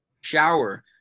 shower